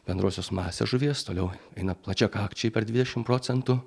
bendrosios masės žuvies toliau eina plačiakakčiai per dvidešim procentų